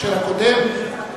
של הקודם?